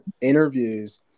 interviews